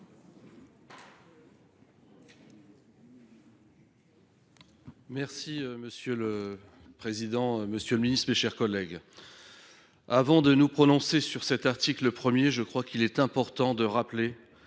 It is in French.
Monsieur le président, monsieur le ministre, mes chers collègues, avant de nous prononcer sur cet article, il est important de rappeler